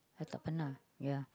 I tak pernah ya